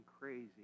crazy